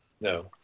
no